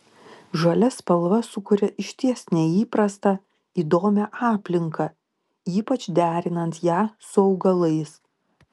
žalia spalva sukuria išties neįprastą įdomią aplinką ypač derinant ją su augalais